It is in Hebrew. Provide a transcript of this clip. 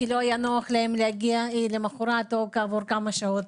כי לא היה להם נוח להגיע למוחרת או כעבור כמה שעות.